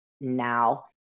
now